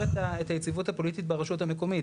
את היציבות הפוליטית ברשות המקומית.